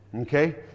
Okay